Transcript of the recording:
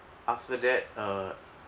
after that uh